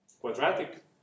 quadratic